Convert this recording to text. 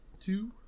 two